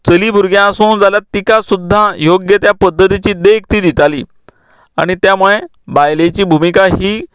चली भुरगें आसूं जाल्यार तिका सुद्दां योग्य त्या पध्दतीची देख ती दिताली आमी त्या मुळे बायलेची भुमिका ही